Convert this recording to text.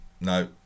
no